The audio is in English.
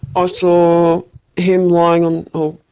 i saw him lying on